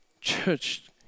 Church